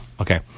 Okay